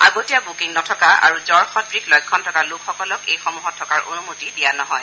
আগতীয়া বুকিং নথকা আৰু জ্বৰসদৃশ লক্ষণ থকা লোকসকলক এইসমূহত থকাৰ অনুমতি দিয়া নহব